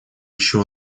еще